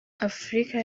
afurika